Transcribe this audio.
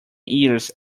years